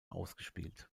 ausgespielt